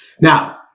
Now